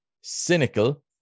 cynical